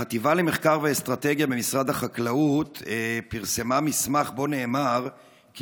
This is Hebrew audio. החטיבה למחקר ואסטרטגיה במשרד החקלאות פרסמה מסמך שבו נאמר כי